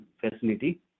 facility